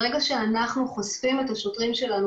ברגע שאנחנו חושפים את השוטרים שלנו